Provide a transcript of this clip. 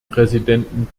präsidenten